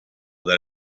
that